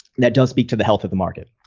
that does speak to the health of the market.